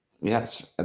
yes